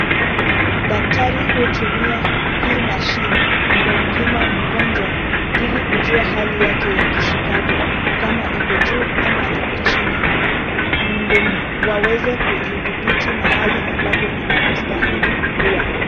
Daktari hutumia hii machine , kumpima mgonjwa, ili kujua hali yake ya kisukari, kama iko juu ama iko chini, ndio waweze kuidhibiti mahali ambapo inapostahili kukua.